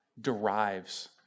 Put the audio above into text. derives